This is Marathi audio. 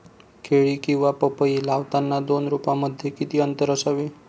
केळी किंवा पपई लावताना दोन रोपांमध्ये किती अंतर असावे?